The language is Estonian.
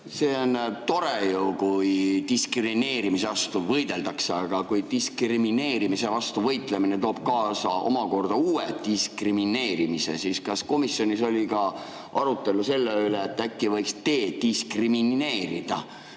See on ju tore, kui diskrimineerimise vastu võideldakse. Aga [mis siis], kui diskrimineerimise vastu võitlemine toob kaasa omakorda uue diskrimineerimise? Kas komisjonis oli ka arutelu selle üle, et äkki võiks dediskrimineerida